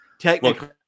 Technically